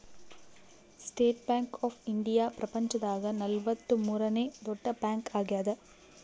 state Bank of India ಪ್ರಪಂಚ ದಾಗ ನಲವತ್ತ ಮೂರನೆ ದೊಡ್ಡ ಬ್ಯಾಂಕ್ ಆಗ್ಯಾದ